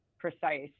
Precise